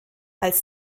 als